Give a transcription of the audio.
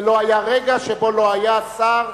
ולא היה רגע שבו לא היה שר.